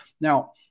Now